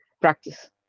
practice